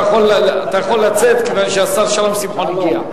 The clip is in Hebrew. אתה יכול לצאת כיוון שהשר שלום שמחון הגיע.